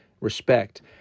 respect